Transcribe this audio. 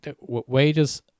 wages